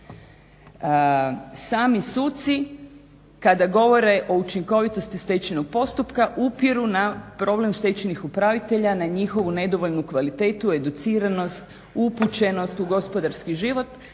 Sami suci kada govore o učinkovitosti stečajnog postupka upiru na problem stečajnih upravitelja, na njihovu nedovoljnu kvalitetu, educiranosti, upućenost u gospodarski život.